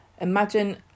imagine